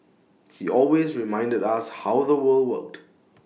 he always reminded us how the world worked